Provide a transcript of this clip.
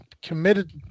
committed